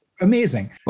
Amazing